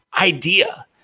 idea